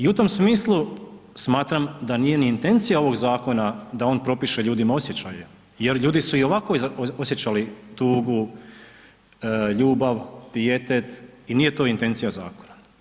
I u tom smislu smatram da nije ni intencija ovog zakona da on propiše ljudima osjećaje jer ljudi su i ovako osjećali tugu, ljubav, pijetet i nije to intencija zakona.